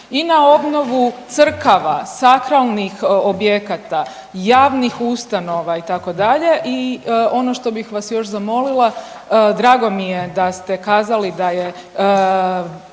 i na obnovu crkava, sakralnih objekata, javnih ustanova itd. i ono što bih vas još zamolila, drago mi je da ste kazali da je